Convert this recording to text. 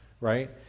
right